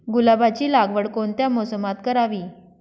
गुलाबाची लागवड कोणत्या मोसमात करावी?